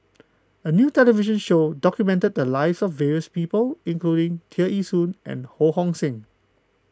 a new television show documented the lives of various people including Tear Ee Soon and Ho Hong Sing